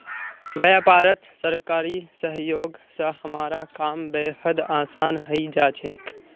व्यापारत सरकारी सहयोग स हमारा काम बेहद आसान हइ जा छेक